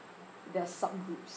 their subgroups